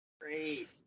Great